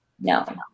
No